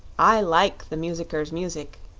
i like the musicker's music,